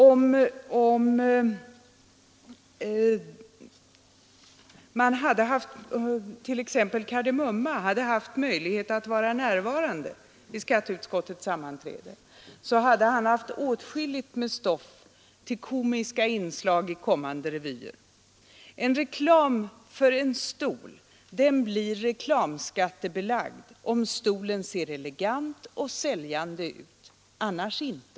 Om exempelvis Kar de Mumma hade haft tillfälle att närvara vid skatteutskottets sammanträde, hade han fått åtskilligt med stoff till komiska inslag i kommande revyer. En reklam för en stol blir skattebelagd om stolen ser elegant och säljande ut — annars inte.